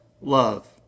love